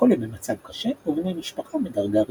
חולים במצב קשה ובני משפחה מדרגה ראשונה.